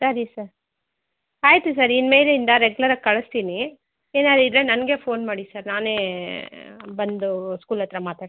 ಸರಿ ಸರ್ ಆಯಿತು ಸರ್ ಇನ್ನುಮೇಲಿಂದ ರೆಗ್ಯೂಲರಾಗಿ ಕಳಿಸ್ತಿನಿ ಏನಾದ್ರು ಇದ್ದರೆ ನನಗೆ ಫೋನ್ ಮಾಡಿ ಸರ್ ನಾನೇ ಬಂದು ಸ್ಕೂಲ್ ಹತ್ರ ಮಾತಾಡ್ತೀನಿ